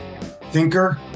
thinker